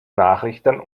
nachrichten